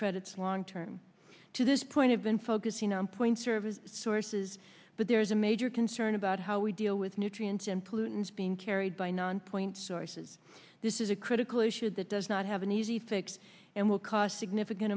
credits long term to this point i've been focusing on point service sources but there is a major concern about how we deal with nutrient and pollutants being carried by non point sources this is a critical issue that does not have an easy fix and will cost significant